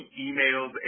emails